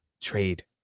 Trade